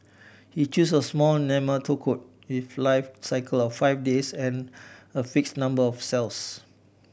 he chose a small nematode if life cycle of five days and a fix number of cells